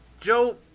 Joe